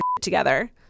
together